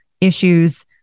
issues